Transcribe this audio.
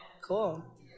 cool